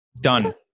done